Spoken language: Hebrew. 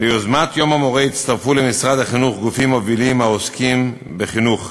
ביוזמת יום המורה הצטרפו למשרד החינוך גופים מובילים העוסקים בחינוך,